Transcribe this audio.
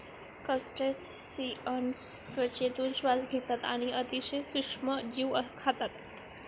crustaceans त्वचेतून श्वास घेतात आणि अतिशय सूक्ष्म जीव खातात